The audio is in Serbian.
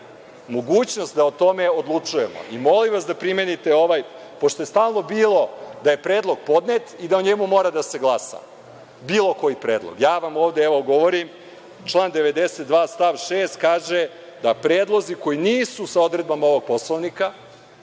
mogućnost da o tome odlučujemo. Molim vas da primenite ovaj, pošto je stalno bilo da je predlog podnet i da o njemu mora da se glasa, bilo koji predlog. Ja vam ovde, evo, govorim – član 92. stav 6. kaže da predlozi koji nisu sa odredbama ovog Poslovnika